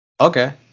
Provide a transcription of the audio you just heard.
Okay